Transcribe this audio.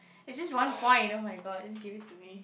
is just one point !oh-my-god! just give it to me